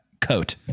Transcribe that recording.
coat